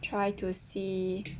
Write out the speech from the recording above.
try to see